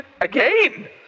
again